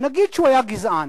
נגיד שהוא היה גזען,